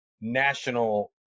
national